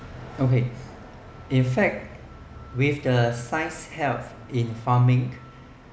okay in fact with the science's health in farming